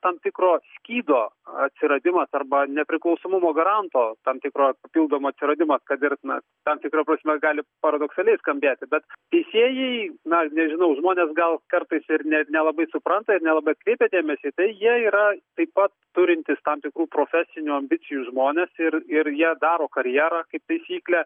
tam tikro skydo atsiradimas arba nepriklausomumo garanto tam tikrą papildomo atsiradimas kad ir na tam tikra prasme gali paradoksaliai skambėti bet teisėjai na nežinau žmonės gal kartais ir net nelabai supranta ir nelabai atkreipia dėmesį tai jie yra taip pat turintys tam tikrų profesinių ambicijų žmonės ir ir jie daro karjerą kaip taisyklė